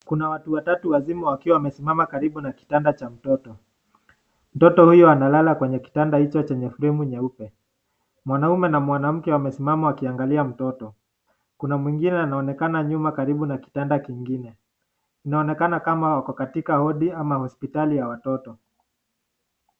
Kuna watu watatu wazima wakiwa wamesimama karibu na kitanda cha mtoto. Mtoto huyo analala kwenye kitanda hicho chenye fremu nyeupe. Mwanaume na mwanamke wamesimama wakiangalia mtoto. Kuna mwingine anaonekana nyuma karibu na kitanda kingine. Inaonekana kama wako katika wodi ama hospitali ya watoto.